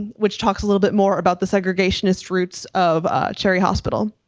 which talks a little bit more about the segregationist roots of cherry hospital.